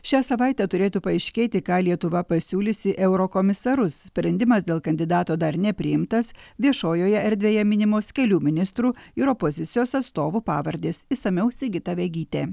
šią savaitę turėtų paaiškėti ką lietuva pasiūlys į eurokomisarus sprendimas dėl kandidato dar nepriimtas viešojoje erdvėje minimos kelių ministrų ir opozicijos atstovų pavardės išsamiau sigita vegytė